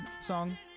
song